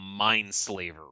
Mindslaver